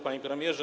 Panie Premierze!